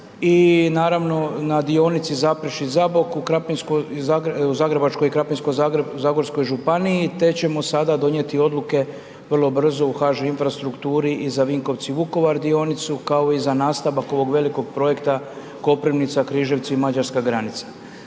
I naravno na dionici Zaprešić-Zabok u Zagrebačko i Krapinsko-zagorskoj županiji te ćemo sada donijeti odluke vrlo brzo u HŽ Infrastrukturi i za Vinkovci-Vukovar dionicu kao i za nastavak ovog velikog projekta Koprivnica-Križevci i Mađarska granica.